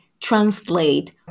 translate